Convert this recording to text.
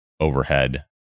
overhead